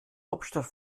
hauptstadt